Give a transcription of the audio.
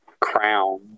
crown